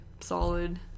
solid